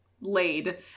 laid